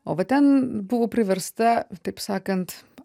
o va ten buvau priversta taip sakant